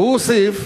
והוא הוסיף